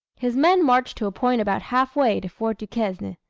his men marched to a point about half-way to fort duquesne,